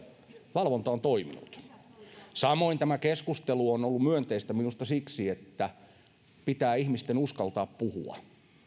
valvonta on toiminut samoin tämä keskustelu on ollut minusta myönteistä siksi että pitää ihmisten uskaltaa puhua